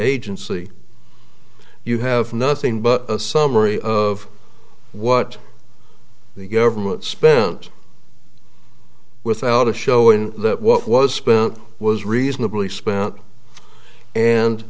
agency you have nothing but a summary of what the government spent without a showing that what was spent was reasonably spent and